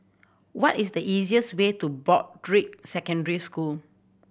what is the easiest way to Broadrick Secondary School